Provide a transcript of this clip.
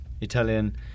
Italian